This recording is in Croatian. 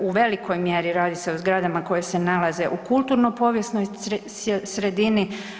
U velikoj mjeri radi se o zgradama koji se nalaze u kulturno povijesnoj sredini.